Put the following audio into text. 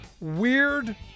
weird